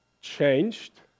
changed